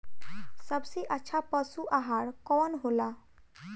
सबसे अच्छा पशु आहार कवन हो ला?